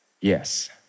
Yes